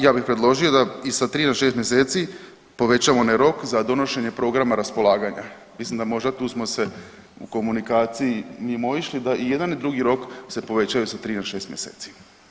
Ja bih predložio da i sa tri na šest mjeseci povećamo onaj rok za donošenje programa raspolaganja. mislim da možda tu smo se u komunikaciji mimoišli, da i jedan i drugi rok se povećaju sa tri na šest mjeseci.